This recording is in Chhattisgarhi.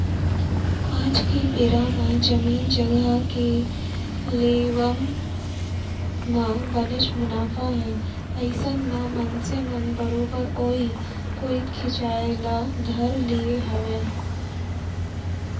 आज के बेरा म जमीन जघा के लेवब म बनेच मुनाफा हे अइसन म मनसे मन बरोबर ओइ कोइत खिंचाय ल धर लिये हावय